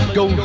go